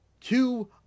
Two